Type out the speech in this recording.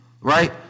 right